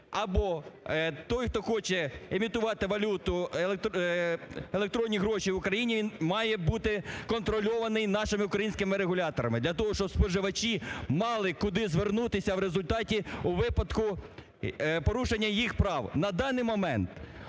або той, хто хоче емітувати валюту, електронні гроші в Україні він має бути контрольований нашими українськими регуляторами для того, щоб споживачі мали куди звернутися в результаті… у випадку порушення їх прав.